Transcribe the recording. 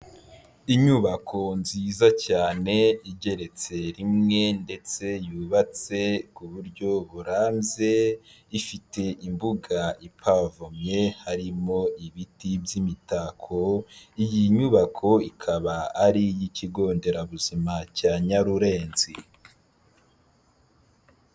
Inyubako nziza cyane igeretse rimwe ndetse yubatse ku buryo burambye ifite imbuga ipavomye harimo ibiti by'imitako, iyi nyubako ikaba ari iy'ikigonderabuzima cya Nyarurenzi.